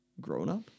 Grown-up